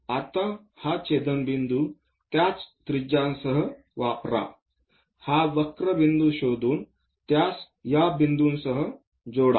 आता हा छेदनबिंदू त्याच त्रिज्यासह वापरा हा वक्र बिंदू शोधून त्यास या बिंदूसह जोडा